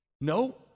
No